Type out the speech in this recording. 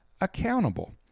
accountable